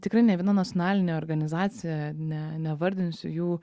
tikrai ne viena nacionalinė organizacija ne nevardinsiu jų